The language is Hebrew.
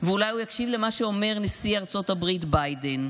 ואולי הוא יקשיב למה שאומר נשיא ארצות הברית ביידן.